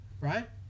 Right